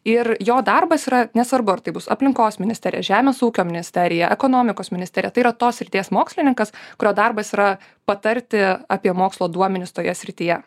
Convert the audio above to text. ir jo darbas yra nesvarbu ar tai bus aplinkos ministerija žemės ūkio ministerija ekonomikos ministerija tai yra tos srities mokslininkas kurio darbas yra patarti apie mokslo duomenis toje srityje